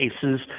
cases